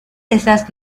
estas